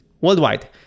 Worldwide